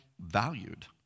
valued